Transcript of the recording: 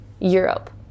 Europe